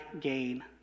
gain